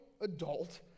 adult